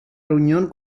reunión